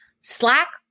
Slack